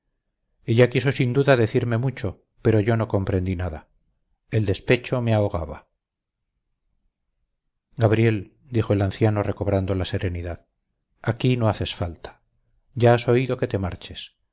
ella quiso sin duda decirme mucho pero yo no comprendí nada el despecho me ahogaba gabriel dijo el anciano recobrando la serenidad aquí no haces falta ya has oído que te marches